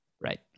Right